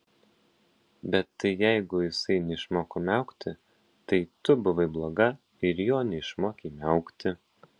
bet tai jeigu jisai neišmoko miaukti tai tu buvai bloga ir jo neišmokei miaukti